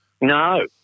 No